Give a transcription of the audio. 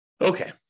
Okay